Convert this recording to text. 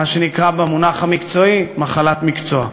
מה שנקרא במונח המקצועי "מחלת מקצוע".